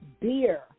Beer